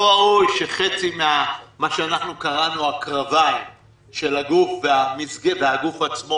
ראוי שחצי מה שקראנו לו "הקרביים של הגוף והגוף עצמו"